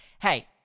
Hey